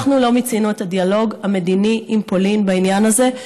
אנחנו לא מיצינו את הדיאלוג המדיני עם פולין בעניין הזה,